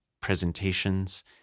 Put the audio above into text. presentations